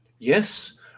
yes